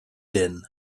din